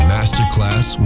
Masterclass